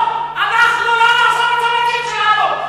אנחנו לא נעזוב את הבתים שלנו.